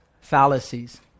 fallacies